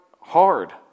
hard